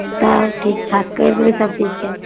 तब ठीक ठाक करि देबै सबचीजके